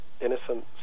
innocent